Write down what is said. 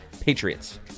Patriots